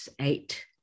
eight